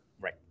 Right